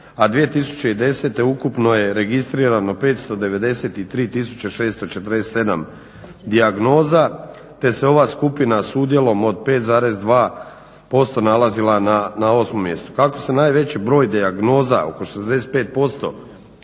a 2010. ukupno je registrirano 593 tisuće 647 dijagnoza te se ova skupina s udjelom od 5,2% nalazila na 8. mjestu. Tako se najveći broj dijagnoza oko 65%